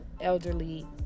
elderly